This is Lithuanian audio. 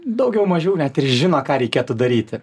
daugiau mažiau net ir žino ką reikėtų daryti